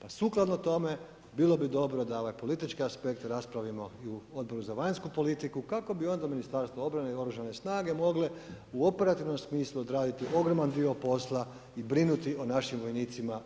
Pa sukladno tome bilo bi dobro da ovaj politički aspekt raspravimo i u Odboru za vanjsku politiku kako bi onda Ministarstvo obrane i oružane snage mogle u operativnom smislu odraditi ogroman dio posla i brinuti o našim vojnicima